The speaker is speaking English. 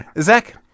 Zach